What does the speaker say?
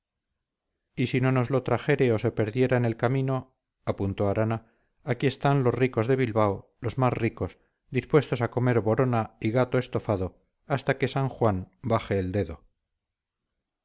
y si no nos lo trajere o se perdiera en el camino apuntó arana aquí están los ricos de bilbao los más ricos dispuestos a comer borona y gato estofado hasta que san juan baje el dedo